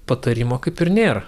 patarimo kaip ir nėra